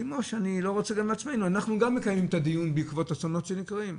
אנחנו גם מקיימים את הדיון בעקבות אסונות שקורים,